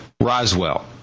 Roswell